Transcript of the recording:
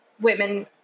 women